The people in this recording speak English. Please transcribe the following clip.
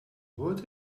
what